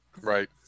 Right